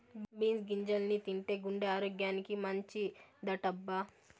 beans గింజల్ని తింటే గుండె ఆరోగ్యానికి మంచిదటబ్బా